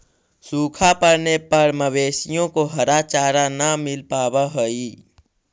सूखा पड़ने पर मवेशियों को हरा चारा न मिल पावा हई